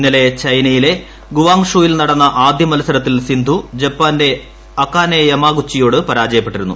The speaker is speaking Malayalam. ഇന്ന്ലെ ചൈനയിലെ ഗുവാങ്ഷൂയിൽ നടന്ന ആദ്യ മൽസരത്തിൽ സിസ്പ്യ് ജപ്പാ്ന്റെ അകാനേ യമാഗുച്ചിയോട് പരാജയപ്പെട്ടിരുന്നു